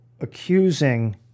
accusing